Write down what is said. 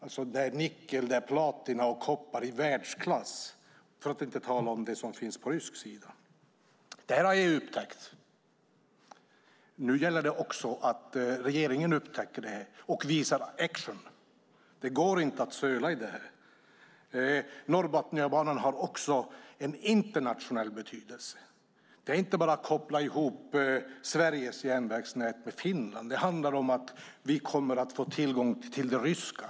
Det är nickel, platina och koppar i världsklass, för att inte tala om det som finns på rysk sida. Det här har EU upptäckt. Nu gäller det att också regeringen upptäcker det och visar action. Det går inte att söla när det gäller det här. Norrbotniabanan har också en internationell betydelse. Det handlar inte bara om att koppla ihop Sveriges järnvägsnät med Finlands. Det handlar om att vi kommer att få tillgång till det ryska.